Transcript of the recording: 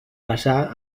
passà